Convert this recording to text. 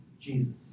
Jesus